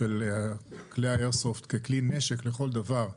של כלי האיירסופט ככלי נשק לכל דבר.